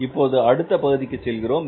இப்போது அடுத்த பகுதிக்கு செல்கிறோம்